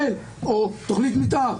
ולהשמיע ולענות לשאלותיהם של חברי הכנסת.